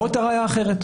או את הראיה אחרת,